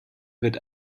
wird